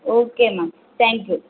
ஓகேம்மா thank you